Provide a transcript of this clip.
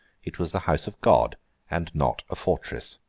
it was the house of god and not a fortress.